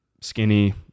skinny